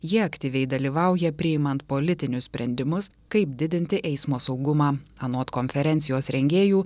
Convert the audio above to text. jie aktyviai dalyvauja priimant politinius sprendimus kaip didinti eismo saugumą anot konferencijos rengėjų